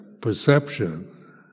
perception